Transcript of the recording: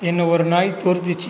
என்னை ஒரு நாய் துரத்துச்சு